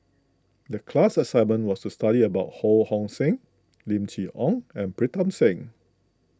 the class assignment was to study about Ho Hong Sing Lim Chee Onn and Pritam Singh